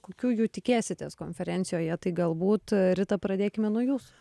kokių jų tikėsitės konferencijoje tai galbūt rita pradėkime nuo jūsų